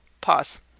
pause